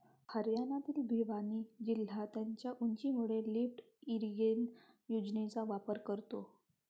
हरियाणातील भिवानी जिल्हा त्याच्या उंचीमुळे लिफ्ट इरिगेशन योजनेचा वापर करतो